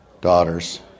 daughters